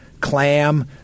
clam